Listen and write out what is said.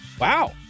Wow